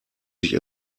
sich